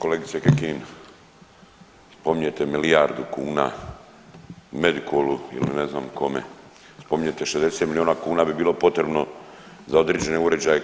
Kolegice Kekin spominjete milijardu kuna Medikolu ili ne znam kome, spominjete 60 milijuna kuna bi bilo potrebno za određene uređaje